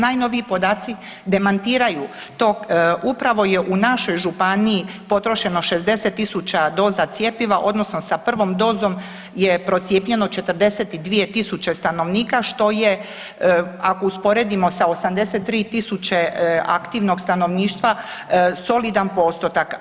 Najnoviji podaci demantiraju to, upravo je u našoj županiji potrošeno 60.000 doza cjepiva odnosno sa prvom dozom je procijepljeno 42.000 stanovnika što je ako usporedimo sa 83.000 aktivnog stanovništva solidan postotak.